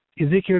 Ezekiel